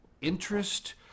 interest